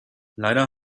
leider